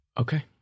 Okay